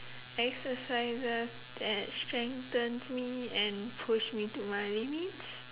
exercises that strengthens me and push me to my limits